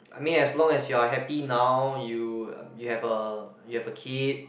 I mean as long as you are happy now you you have a you have a kid